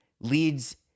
leads